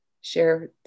share